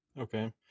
Okay